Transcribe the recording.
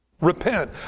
Repent